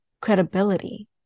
credibility